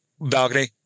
balcony